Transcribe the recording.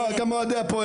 יש אוהדים בכל